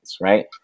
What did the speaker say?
right